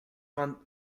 vingt